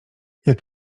jak